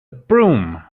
broom